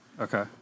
Okay